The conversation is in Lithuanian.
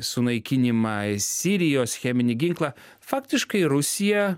sunaikinimą sirijos cheminį ginklą faktiškai rusija